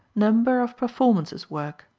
number of performances work